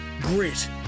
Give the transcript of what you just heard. grit